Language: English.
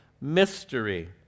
mystery